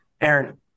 Aaron